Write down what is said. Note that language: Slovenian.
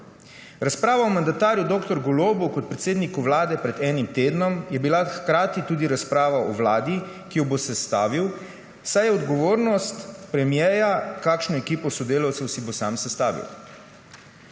Razprava o mandatarju dr. Golobu kot predsedniku Vlade pred enim tednom je bila hkrati tudi razprava o vladi, ki jo bo sestavil, saj je odgovornost premierja, kakšno ekipo sodelavcev si bo sam sestavil.